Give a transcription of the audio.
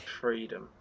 freedom